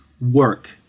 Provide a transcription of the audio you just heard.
work